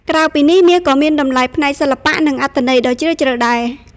ក្រៅពីនេះ មាសក៏មានតម្លៃផ្នែកសិល្បៈ និងអត្ថន័យដ៏ជ្រាលជ្រៅដែរ។